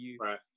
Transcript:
Right